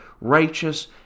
righteous